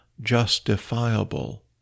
justifiable